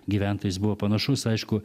gyventojais buvo panašus aišku